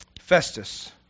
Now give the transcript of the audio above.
Festus